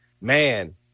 man